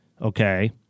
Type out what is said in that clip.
okay